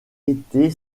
été